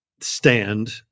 stand